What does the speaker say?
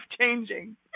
changing